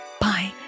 Bye